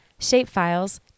Shapefiles